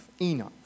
Enoch